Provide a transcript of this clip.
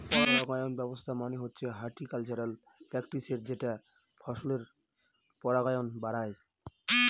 পরাগায়ন ব্যবস্থা মানে হচ্ছে হর্টিকালচারাল প্র্যাকটিসের যেটা ফসলের পরাগায়ন বাড়ায়